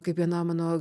kaip viena mano